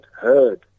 heard